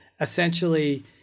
essentially